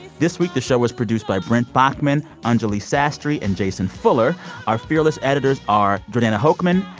this week, the show was produced by brent baughman, anjuli sastry and jason fuller. our fearless editors are jordana hochman,